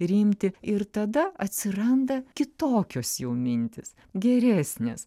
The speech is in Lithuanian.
rimti ir tada atsiranda kitokios jau mintys geresnės